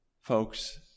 Folks